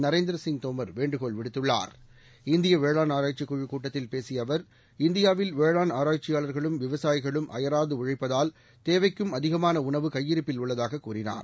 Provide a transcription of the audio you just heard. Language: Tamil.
நரேந்திரசிங் தோமர் வேண்டுகோள் விடுத்துள்ளார் இந்தியவேளாண் ஆராய்ச்சிகுழுக் கூட்டத்தில் பேசியஅவர் இந்தியரவில் வேளாண் ஆராய்ச்சியாளர்களும் விவசாயிகளும் அயராதஉழைப்பதால் தேவைக்கும் அதிகமானஉணவு கையிருப்பில் உள்ளதாககூறினார்